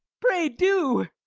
pray, do,